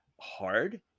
hard